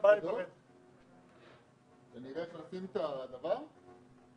מבלי לפתוח בכלל את החלון.